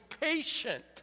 patient